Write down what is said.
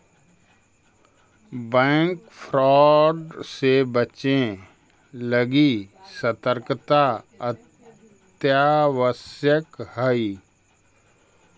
bank fraud से बचे लगी सतर्कता अत्यावश्यक हइ